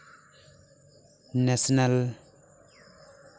national